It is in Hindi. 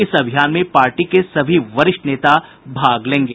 इस अभियान में पार्टी के सभी वरिष्ठ नेता भाग लेंगे